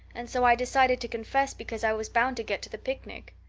and so i decided to confess because i was bound to get to the picnic.